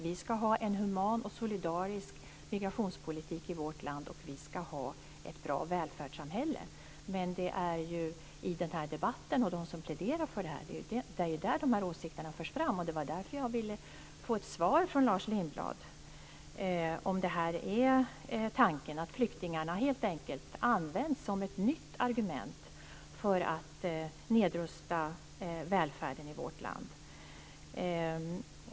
Vi ska ha en human och solidarisk migrationspolitik i vårt land, och vi ska ha ett bra välfärdssamhälle. Men de här åsikterna förs ju fram av dem som pläderar för det här i den här debatten. Det var därför som jag ville få ett svar från Lars Lindblad på frågan om flyktingarna helt enkelt används som ett nytt argument för att man ska nedrusta välfärden i vårt land.